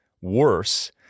worse